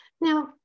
now